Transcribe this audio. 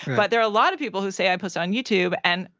but there are a lot of people who say, i posted on youtube and,